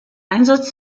einsatz